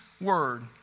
word